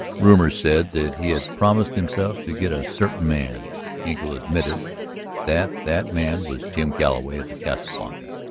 rumor said that he had promised himself to get a certain man engle admitted that that man was jim galloway of the casa blanca.